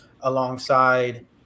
alongside